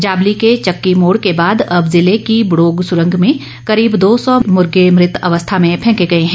जाबली के चक्की मोड़ के बाद अब जिले की बड़ोग सुरंग के करीब दो सौ मुर्गे मृत अवस्था में फैंके गए हैं